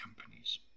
companies